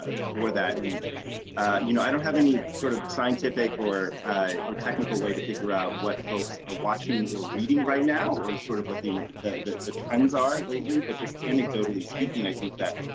ah for that and you know i don't have any sort of scientific or or technical way to figure out what folks are watching or reading right now or sort of what the the the trends are lately, but just anecdotally speaking. i think that